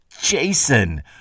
Jason